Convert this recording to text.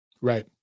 Right